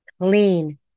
Clean